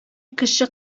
кеше